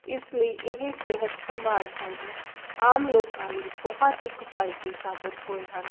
ਇਸ ਲਈ ਇਹ ਸਿਹਤ ਸੰਭਾਲ ਸੈਂਟਰ ਆਮ ਲੋਕਾਂ ਲਈ ਬਹੁਤ ਹੀ ਕਿਫਾਇਤੀ ਸਾਬਤ ਹੋਏ ਹਨ